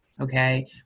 okay